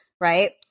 right